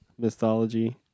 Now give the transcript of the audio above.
mythology